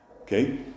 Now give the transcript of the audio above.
okay